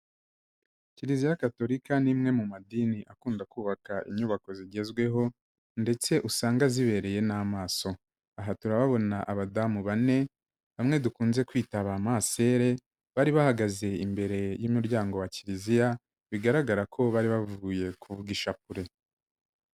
Kiliziya Gatolika ni imwe mu madini akunda kubaka inyubako zigezweho ndetse usanga zibereye n'amaso, aha turahabona abadamu bane bamwe dukunze kwita ba masere, bari bahagaze imbere y'umuryango wa kiliziya, bigaragara ko bari bavuye kuvuga ishapure.